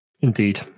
Indeed